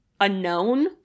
unknown